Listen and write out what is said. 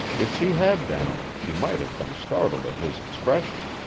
if she had been, she might have been startled at his expression.